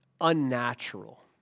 unnatural